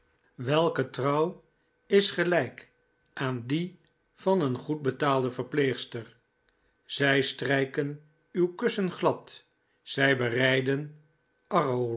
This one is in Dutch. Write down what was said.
welke trouw is gelijk aan die van een goedbetaalde verpleegster zij strijken uw kussen glad zij bereiden